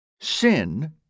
Sin